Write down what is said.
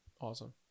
awesome